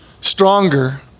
stronger